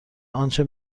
آنچه